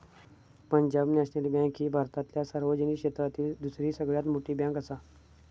Punjab national bank ही भारतातल्या सार्वजनिक क्षेत्रातली दुसरी सगळ्यात मोठी बँकआसा